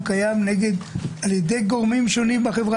הוא קיים על ידי גורמים שונים בחברה